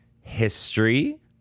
history